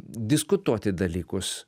diskutuoti dalykus